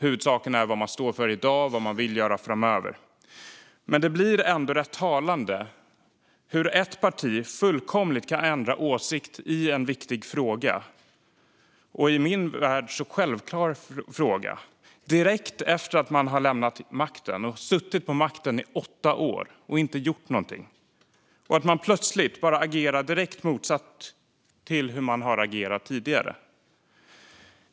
Huvudsaken är vad man står för i dag och vad man vill göra framöver. Men det är ändå rätt talande hur ett parti fullkomligt ändrar åsikt i en viktig fråga - i min värld en så självklar fråga - direkt efter att man har lämnat makten efter att ha suttit vid makten i åtta år och inte har gjort något. Plötsligt agerar man på direkt motsatt vis mot hur man har gjort tidigare.